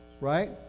right